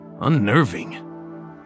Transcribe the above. unnerving